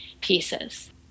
pieces